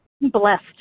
blessed